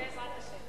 בעזרת השם.